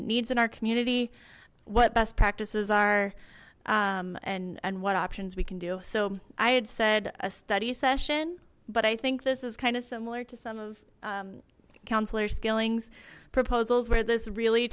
needs in our community what best practices are and and what options we can do so i had said a study session but i think this is kind of similar to some of councilor skilling's proposals where this really